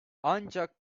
ancak